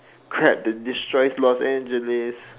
crab to destroy Los Angeles